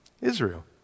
Israel